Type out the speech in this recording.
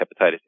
Hepatitis